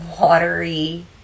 watery